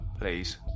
please